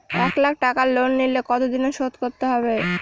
এক লাখ টাকা লোন নিলে কতদিনে শোধ করতে হবে?